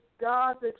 God's